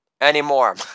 Anymore